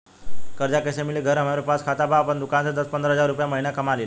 कर्जा कैसे मिली घर में हमरे पास खाता बा आपन दुकानसे दस पंद्रह हज़ार रुपया महीना कमा लीला?